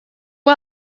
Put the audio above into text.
are